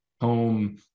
home